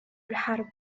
الحرب